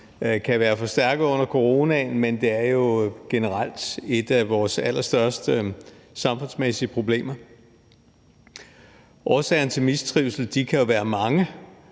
kan være forstærket under coronaen, men det er jo generelt et af vores allerstørste samfundsmæssige problemer. Årsagerne til mistrivsel kan være mange,